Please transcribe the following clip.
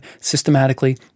systematically